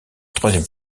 troisième